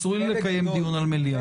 אסור לי לקיים דיון על מליאה.